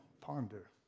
ponder